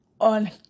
on